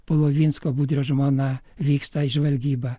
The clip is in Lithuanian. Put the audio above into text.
polovinsko budrio žmona vyksta į žvalgybą